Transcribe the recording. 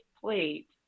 plate